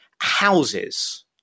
houses